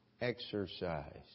Exercise